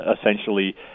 essentially